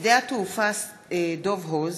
שדה התעופה דב הוז